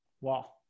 Wow